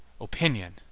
Opinion